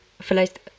vielleicht